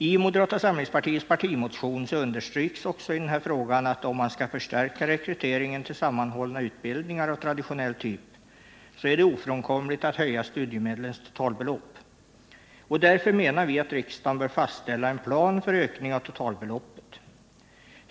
I moderata samlingspartiets partimotion understryks också i den här frågan att om man skall förstärka rekryteringen till sammanhållna utbildningar av traditionell typ så är det ofrånkomligt att höja studiemedlens totalbelopp. Därför menar vi att riksdagen bör fastställa en plan för ökning av totalbeloppet.